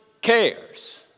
cares